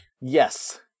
Yes